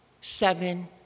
Seven